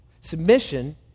Submission